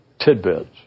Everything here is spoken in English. tidbits